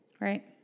Right